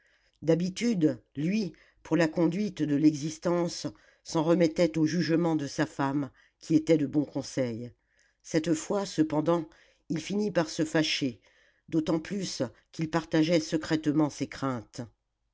d'habitude lui pour la conduite de l'existence s'en remettait au jugement de sa femme qui était de bon conseil cette fois cependant il finit par se fâcher d'autant plus qu'il partageait secrètement ses craintes